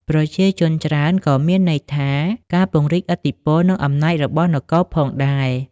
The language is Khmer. ប្រជាជនច្រើនក៏មានន័យថា ការពង្រីកឥទ្ធិពល និងអំណាចរបស់នគរផងដែរ។